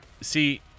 See